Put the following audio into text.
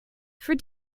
for